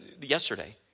yesterday